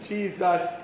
Jesus